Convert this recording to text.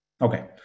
Okay